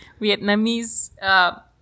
Vietnamese